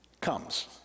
comes